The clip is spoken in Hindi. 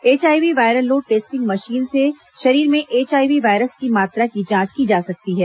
HIV viral load testing machine से शरीर में एचआईवी वायरस की मात्रा की जांच की जा सकती है